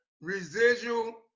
residual